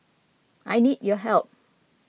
I need your help